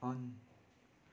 on